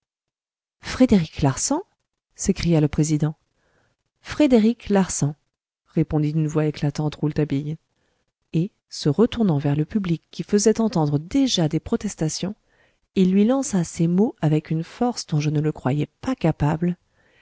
frédéric larsan s'écria le président frédéric larsan répondit d'une voix éclatante rouletabille et se retournant vers le public qui faisait entendre déjà des protestations il lui lança ces mots avec une force dont je ne le croyais pas capable